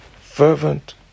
fervent